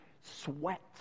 sweat